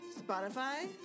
Spotify